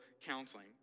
counseling